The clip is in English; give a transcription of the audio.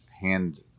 hand